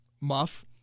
muff